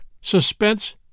Suspense